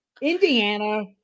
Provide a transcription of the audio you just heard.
Indiana